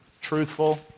truthful